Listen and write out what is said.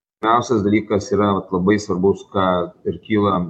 pirmiausias dalykas yra labai svarbus ką ir kyla